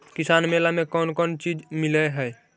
किसान मेला मे कोन कोन चिज मिलै है?